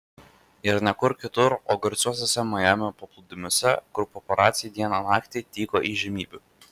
ir ne kur kitur o garsiuosiuose majamio paplūdimiuose kur paparaciai dieną naktį tyko įžymybių